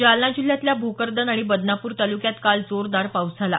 जालना जिल्ह्यातल्या भोकरदन आणि बदनापूर तालुक्यात काल जोरदार पाऊस झाला